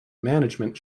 management